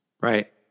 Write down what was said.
right